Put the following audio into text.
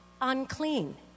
Unclean